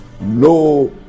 no